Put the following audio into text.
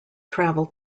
travel